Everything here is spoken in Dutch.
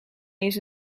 eens